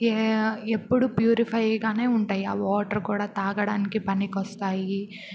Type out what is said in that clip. ఏ ఎప్పుడూ ప్యూరిఫైగానే ఉంటాయి ఆ వాటర్ కూడా తాగడానికి పనికొస్తాయి